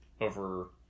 over